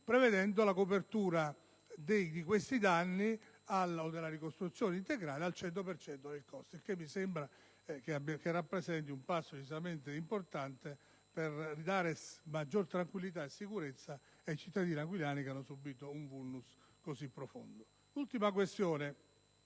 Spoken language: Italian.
prevedendo la copertura dei danni o della ricostruzione integrale al cento per cento del costo: mi sembra che ciò rappresenti un passo decisamente importante per dare maggior tranquillità e sicurezza ai cittadini aquilani che hanno subito un *vulnus* così profondo. Un'ultima questione,